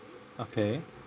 okay